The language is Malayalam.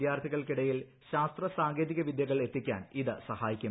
വിദ്യാർത്ഥികൾക്കിടയിൽ ശാസ്ത്ര സാങ്കേതികവിദ്യകൾ എത്തിക്കാൻ ഇത് സഹായിക്കും